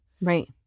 Right